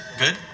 good